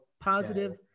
positive